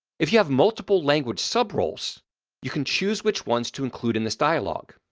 if you have multiple language sub roles you can choose which ones to include in this dialogue.